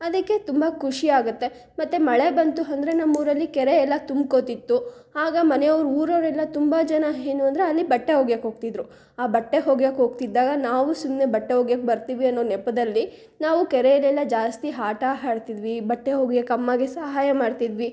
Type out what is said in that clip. ಅದಕ್ಕೆ ತುಂಬ ಖುಷಿಯಾಗುತ್ತೆ ಮತ್ತು ಮಳೆ ಬಂತು ಅಂದ್ರೆ ನಮ್ಮೂರಲ್ಲಿ ಕೆರೆಯೆಲ್ಲಾ ತುಂಬ್ಕೋತಿತ್ತು ಆಗ ಮನೆಯವ್ರು ಊರವರೆಲ್ಲ ತುಂಬ ಜನ ಏನು ಅಂದರೆ ಅಲ್ಲಿ ಬಟ್ಟೆ ಒಗೆಯೋಕ್ ಹೋಗ್ತಿದ್ರು ಆ ಬಟ್ಟೆ ಒಗೆಯೋಕ್ ಹೋಗ್ತಿದ್ದಾಗ ನಾವು ಸುಮ್ಮನೆ ಬಟ್ಟೆ ಒಗೆಯಾಕ್ ಬರ್ತೀವಿ ಅನ್ನೋ ನೆಪದಲ್ಲಿ ನಾವು ಕೆರೆಯಲ್ಲೆಲ್ಲ ಜಾಸ್ತಿ ಆಟ ಆಡ್ತಿದ್ವಿ ಬಟ್ಟೆ ಒಗೆಯೋಕ್ ಅಮ್ಮಗೆ ಸಹಾಯ ಮಾಡ್ತಿದ್ವಿ